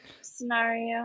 scenario